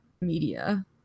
media